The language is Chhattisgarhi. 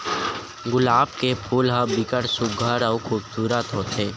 गुलाब के फूल ह बिकट सुग्घर अउ खुबसूरत होथे